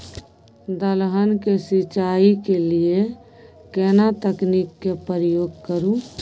दलहन के सिंचाई के लिए केना तकनीक के प्रयोग करू?